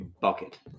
bucket